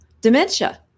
dementia